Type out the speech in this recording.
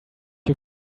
you